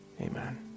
Amen